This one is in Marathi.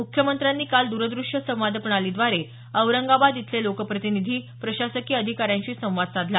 मुख्यमंत्र्यांनी काल दूरदृश्य संवाद प्रणालीद्वारे औरंगाबाद इथले लोकप्रतिनिधी प्रशासकीय अधिकाऱ्यांशी संवाद साधला